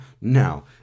Now